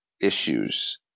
issues